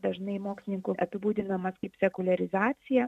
dažnai mokslininkų apibūdinamas kaip sekuliarizacija